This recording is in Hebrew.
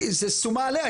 זה סומא עליה,